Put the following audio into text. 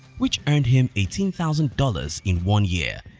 which earned him eighteen thousand dollars in one year,